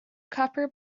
copper